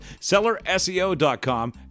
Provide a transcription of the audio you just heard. sellerseo.com